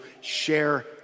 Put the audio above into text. share